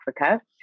Africa